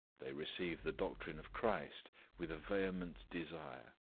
they receive the doctrine of christ with a vehement desire.